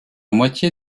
moitié